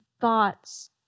thoughts